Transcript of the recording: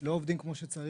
לא עובדים כמו שצריך.